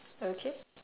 okay